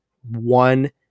one